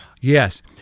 Yes